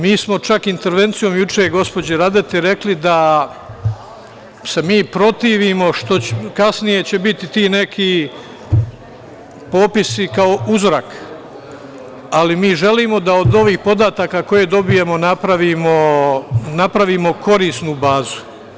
Mi smo čak intervencije gospođe Radete rekli da se mi protivimo što će kasnije biti ti neki popisi kao uzorak, ali mi želimo da od ovih podataka koje dobijemo napravimo korisnu bazu.